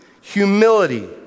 humility